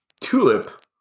Tulip